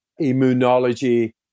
immunology